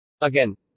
Again